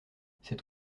cette